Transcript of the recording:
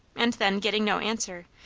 and then getting no answer,